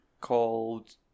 called